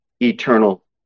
eternal